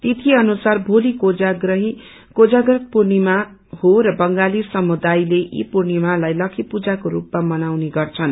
तिथी अनुसार भोली कोजाप्रही पुर्णिमा हो र बंगाली समुदायले यो पुर्णिमालाई लक्खी पूजाको रूपमा मनाउने गर्छन्